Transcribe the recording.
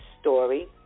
story